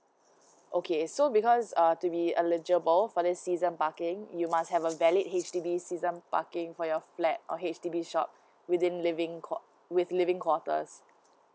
okay so because uh to be eligible for this season parking you must have a valid H_D_B season parking for your flat or H_D_B shop within living qua~ with living quarters